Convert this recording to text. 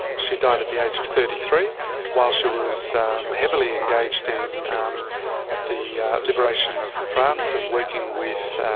she died at the age of thirty three while she was heavily engaged in um the liberation of france and working with